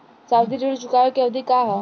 सावधि ऋण चुकावे के अवधि का ह?